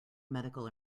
medical